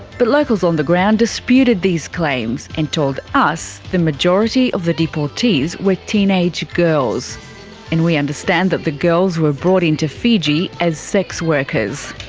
but locals on the ground disputed these claims and told us the majority of the deportees were teenage girls and we understand that the girls were brought into fiji as sex workers.